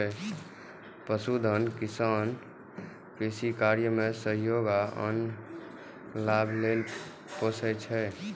पशुधन किसान कृषि कार्य मे सहयोग आ आन लाभ लेल पोसय छै